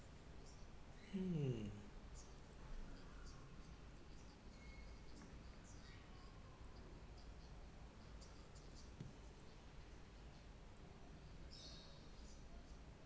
mm